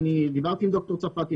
אני דיברתי עם ד"ר צרפתי,